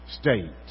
state